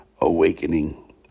awakening